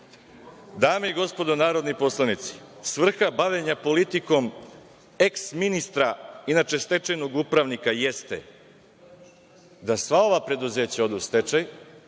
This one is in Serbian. i gospodo narodni poslanici, svrha bavljenja politikom eh ministra, inače stečajno upravnika, jeste da sva ova preduzeća odu u stečaj,